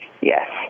Yes